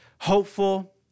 hopeful